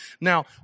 Now